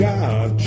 God